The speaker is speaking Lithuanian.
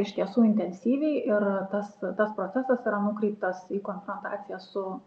iš tiesų intensyviai ir tas tas procesas yra nukreiptas į konfrontaciją su